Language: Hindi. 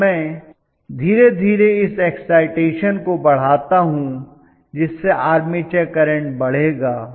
अब मैं धीरे धीरे इस एक्साइटेशन को बढ़ाता हूं जिससे आर्मेचर करंट बढ़ेगा